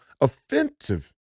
offensive